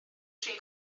tri